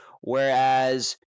whereas